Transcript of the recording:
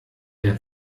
der